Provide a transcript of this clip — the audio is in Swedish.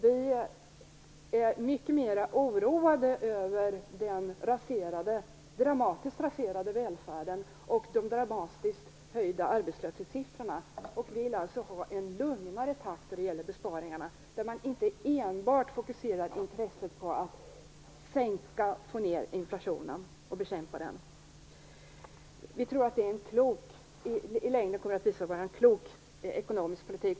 Vi är mycket mer oroade över den dramatiskt raserade välfärden och de dramatiskt höjda arbetslöshetssiffrorna. Vi vill alltså ha en lugnare takt med besparingarna, där man inte enbart fokuserar intresset på att få ned inflationen och bekämpa den. Vi tror att det i längden kommer visa sig vara en klok ekonomisk politik.